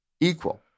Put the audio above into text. equal